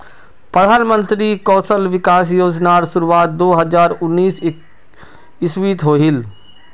प्रधानमंत्री कौशल विकाश योज्नार शुरुआत दो हज़ार उन्नीस इस्वित होहिल